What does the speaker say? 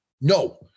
No